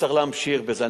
וצריך להמשיך בזה.